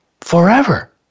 forever